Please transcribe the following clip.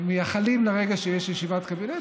הם מייחלים לרגע שיש ישיבת קבינט,